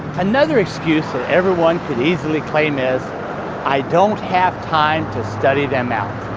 another excuse that everyone could easily claim is i don't have time to study them out.